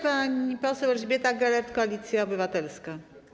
Pani poseł Elżbieta Gelert, Koalicja Obywatelska.